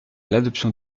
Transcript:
l’adoption